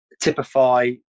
typify